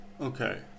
Okay